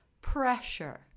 pressure